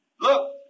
Look